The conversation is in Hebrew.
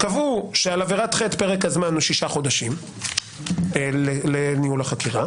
קבעו שעל עבירת חטא פרק הזמן הוא שישה חודשים לניהול החקירה.